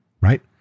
Right